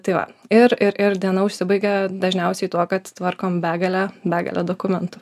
tai va ir ir ir diena užsibaigia dažniausiai tuo kad tvarkom begalę begalę dokumentų